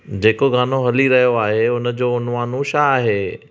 जेको गानो हली रहियो आहे उन जो उनवानु छा आहे